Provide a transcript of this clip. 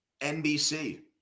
NBC